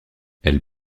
elle